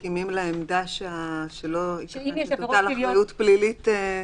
אנחנו מסכימים לעמדה שלא יתכן שתוטל אחריות פלילית.